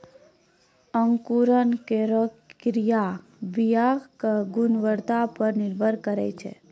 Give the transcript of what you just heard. अंकुरन केरो क्रिया बीया क गुणवत्ता पर निर्भर करै छै